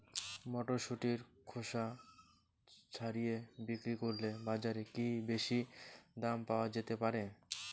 মটরশুটির খোসা ছাড়িয়ে বিক্রি করলে বাজারে কী বেশী দাম পাওয়া যেতে পারে?